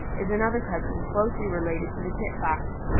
is another cousin, closely related to the kit fox.